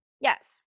Yes